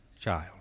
child